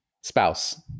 spouse